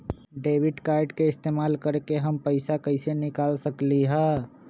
Debit card के इस्तेमाल करके हम पैईसा कईसे निकाल सकलि ह?